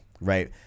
right